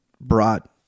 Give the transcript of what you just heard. brought